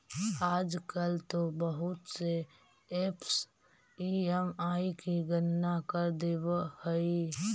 आजकल तो बहुत से ऐपस ई.एम.आई की गणना कर देवअ हई